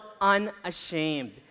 Unashamed